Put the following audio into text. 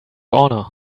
honor